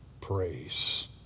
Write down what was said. praise